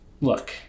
look